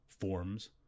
forms